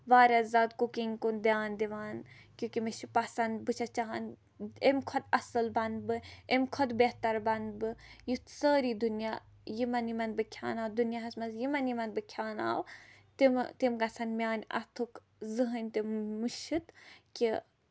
واریاہ زیادٕ کُکِنگ کُن دیان دِوان کیوں کہِ مےٚ چھس پسند بہٕ چھَس چاہان اَمہِ کھۄتہٕ اَصٕل بَنہٕ بہٕ أمۍ کھۄتہٕ بہتر بَنہٕ بہٕ یُتھ سٲری دُنیاہ یِمن یِمن بہٕ کھٮ۪ناو دُنیاہَس منٛز یِمن یِمن بہٕ کھٮ۪وناو تِم گژھن میانہِ اَتھُک زٕہٕنۍ تہِ مٔشد کہِ